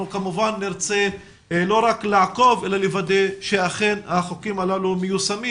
אנחנו כמובן נרצה שלא רק לעקוב אלא לוודא שאכן החוקים הללו מיושמים